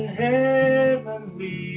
heavenly